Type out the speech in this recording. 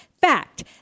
Fact